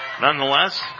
Nonetheless